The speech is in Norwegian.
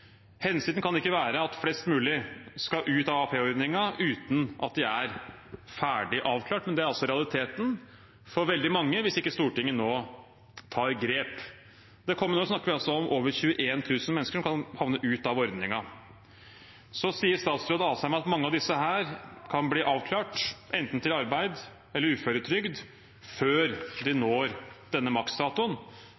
Hensikten kan ikke være at flest mulig skal ut av AAP-ordningen uten at de er ferdig avklart, men det er altså realiteten for veldig mange hvis ikke Stortinget nå tar grep. Kommende år snakker vi altså om over 21 000 mennesker som kan havne ute av ordningen. Så sier statsråd Asheim at mange av disse kan bli avklart enten til arbeid eller til uføretrygd før de